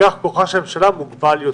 כך כוחה של הממשלה מוגבל.